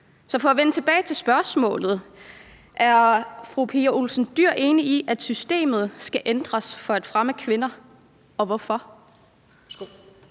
Så for at vende tilbage til spørgsmålet: Er fru Pia Olsen Dyhr enig i, at systemet skal ændres for at fremme målet om flere